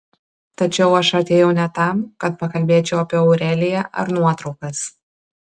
tačiau aš atėjau ne tam kad pakalbėčiau apie aureliją ar nuotraukas